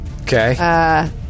Okay